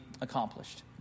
accomplished